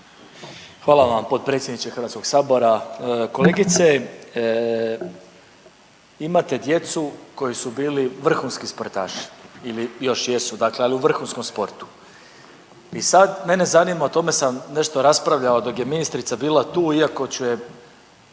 Hvala vam potpredsjedniče Hrvatskog sabora. Kolegice imate djecu koji su bili vrhunski sportaši ili još jesu, dakle ali u vrhunskom sportu. I sad mene zanima, o tome sam nešto raspravljao dok je ministrica bila tu, iako ću je